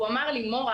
הוא אמר לי: מור,